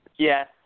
Yes